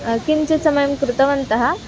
किञ्चित् समयं कृतवन्तः